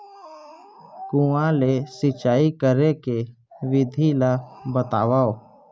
कुआं ले सिंचाई करे के विधि ला बतावव?